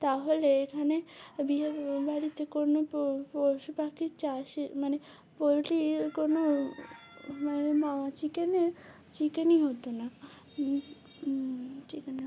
তাহলে এখানে বিয়ে বাড়িতে কোনো প পশু পাখির চাষে মানে পোলট্রির কোনো মানে চিকেনের চিকেনই হতো না চিকেন হ